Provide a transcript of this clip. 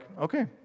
okay